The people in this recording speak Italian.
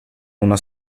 una